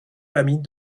famille